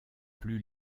plus